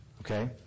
Okay